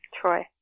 Troy